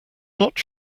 not